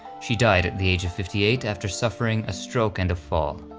she died at the age of fifty eight after suffering a stroke and a fall.